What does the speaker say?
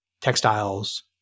textiles